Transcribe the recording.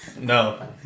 No